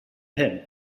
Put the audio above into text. him